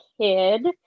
kid